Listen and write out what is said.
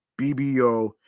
bbo